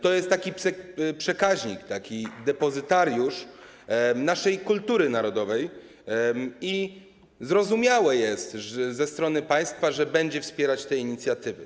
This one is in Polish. To jest taki przekaźnik, taki depozytariusz naszej kultury narodowej i zrozumiałe jest, że ze strony państwa będą wspierane te inicjatywy.